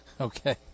okay